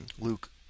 Luke